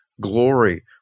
glory